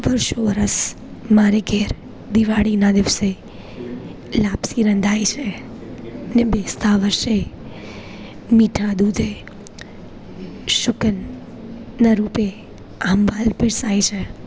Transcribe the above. વરસો વરસ મારે ઘેર દિવાળીના દિવસે લાપસી રંધાય છે ને બેસતા વર્ષે મીઠા દૂધે શુકનના રૂપે આંબલ પીરસાય છે